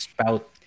spout